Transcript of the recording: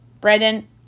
Brendan